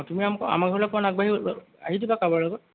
অঁ তুমি আম্ আমাৰ ঘৰলৈ অকণ আগবাঢ়ি আ আহি দিবা কাৰোবাৰ লগত